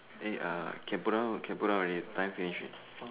eh uh can put down can put down already time finish already